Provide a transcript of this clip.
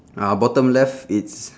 ah bottom left it's